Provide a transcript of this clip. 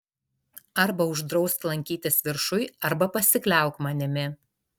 arba uždrausk lankytis viršuj arba pasikliauk manimi